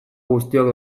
guztiok